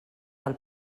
del